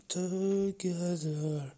together